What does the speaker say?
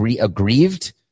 aggrieved